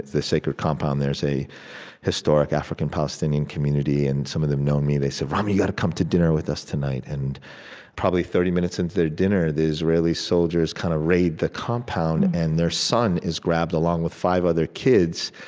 the sacred compound, there's a historic african-palestinian community, and some of them know me. they said, rami, you got to come to dinner with us tonight. and probably thirty minutes into their dinner, the israeli soldiers kind of raid the compound, and their son is grabbed, along with five other kids.